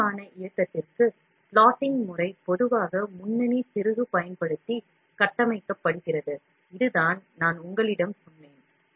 துல்லியமான இயக்கத்திற்கு plotting முறை பொதுவாக முன்னணி திருகு பயன்படுத்தி கட்டமைக்கப்படுகிறது இதுதான் நான் உங்களிடம் சொன்னேன்